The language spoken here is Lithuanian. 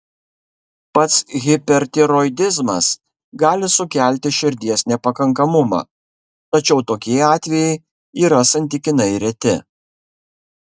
pats hipertiroidizmas gali sukelti širdies nepakankamumą tačiau tokie atvejai yra santykinai reti